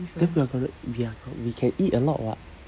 then we are gonna we are gon~ we can eat a lot [what]